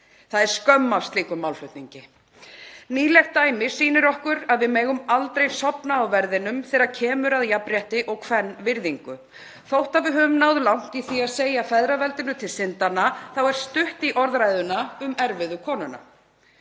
Það er skömm að slíkum málflutningi. Nýlegt dæmi sýnir okkur að við megum aldrei sofna á verðinum þegar kemur að jafnrétti og kvenvirðingu. Þótt við höfum náð langt í því að segja feðraveldinu til syndanna er stutt í orðræðuna um erfiðu konuna.